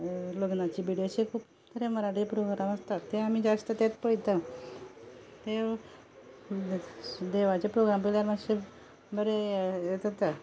लग्नाची बेडी अशे खूब बरे मराठी प्रोग्राम आसतात ते आमी जास्त तेच पळयता तें देवाचे प्रोग्राम पळयतना मातशी बरें हें जाता